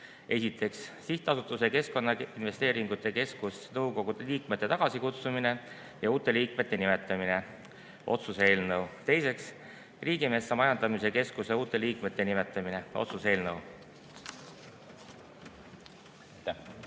otsuse "Sihtasutuse Keskkonnainvesteeringute Keskus nõukogu liikmete tagasikutsumine ja uute liikmete nimetamine" eelnõu. Teiseks, Riigimetsa Majandamise Keskuse [nõukogu] uute liikmete nimetamise otsuse eelnõu.